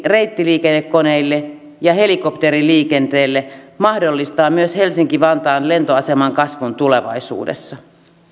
reittiliikennekoneille ja helikopteriliikenteelle mahdollistaa myös helsinki vantaan lentoaseman kasvun tulevaisuudessa